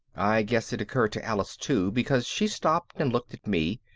i guess it occurred to alice too because she stopped and looked at me.